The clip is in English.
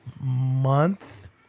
month